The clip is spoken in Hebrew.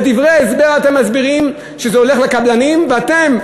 בדברי ההסבר אתם מסבירים שזה הולך לקבלנים, ואתם,